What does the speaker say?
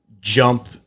jump